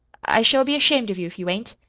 i shall be ashamed of you if you ain't.